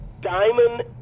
diamond